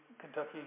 Kentucky